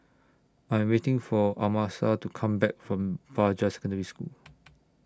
I Am waiting For Amasa to Come Back from Fajar Secondary School